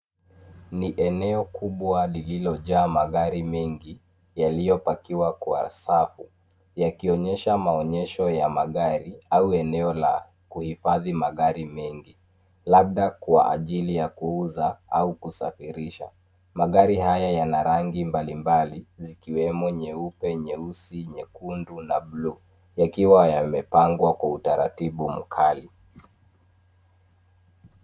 Ni eneo kubwa lililojaa magari mengi, yaliyo pakiwa kwa safu, yakionyesha maonyesho ya magari au eneo la kuhifadhi magari mengi, labda kwa ajili ya kuuza au kusafirisha. Magari haya yana rangi mbali mbali, zikiwemo nyeupe, nyeusi, nyekundu, na blue , yakiwa yamepangwa kwa utaratibu mkali.